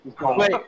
Wait